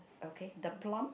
okay the plum